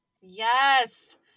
yes